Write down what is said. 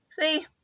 See